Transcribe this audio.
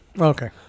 Okay